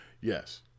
Yes